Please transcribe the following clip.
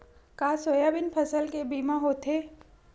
का सोयाबीन फसल के बीमा होथे?